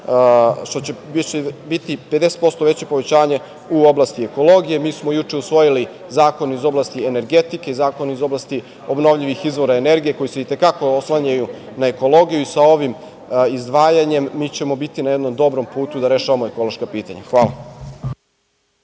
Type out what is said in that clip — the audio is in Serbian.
što će biti 50% viće povećanje u oblasti ekologije. Mi smo juče usvojili zakon iz oblasti energetike i zakon iz oblasti obnovljivih izvora energije, koji se i te kako oslanjaju na ekologiju. Sa ovim izdvajanjem mi ćemo biti na jednom dobrom putu da rešavamo ekološka pitanja. Hvala.